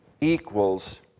equals